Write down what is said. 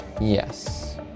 Yes